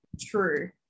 true